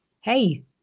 Hey